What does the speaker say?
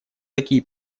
такие